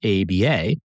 ABA